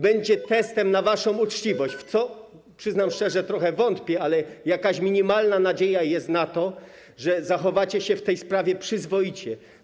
Będzie to testem na waszą uczciwość, w co, przyznam szczerze, trochę wątpię, ale jest minimalna nadzieja na to, że zachowacie się w tej sprawie przyzwoicie.